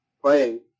Playing